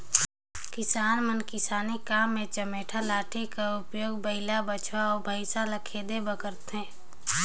किसान मन किसानी काम मे चमेटा लाठी कर उपियोग बइला, बछवा अउ भइसा ल खेदे बर करथे